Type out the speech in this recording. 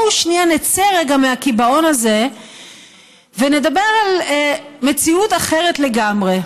בואו שנייה נצא רגע מהקיבעון הזה ונדבר על מציאות אחרת לגמרי.